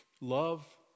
love